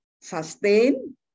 sustain